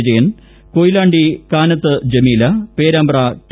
Vijayan Koyilandy Kanathil Jameela Perambra T